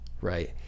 Right